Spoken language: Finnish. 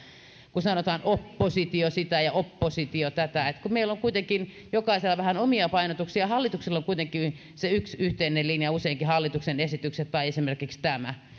että sanotaan oppositio sitä ja oppositio tätä kun meillä on kuitenkin jokaisella vähän omia painotuksia hallituksella on kuitenkin yksi yhteinen linja useinkin hallituksen esitykset tai esimerkiksi tämä